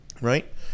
right